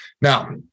now